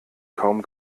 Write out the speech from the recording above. kaum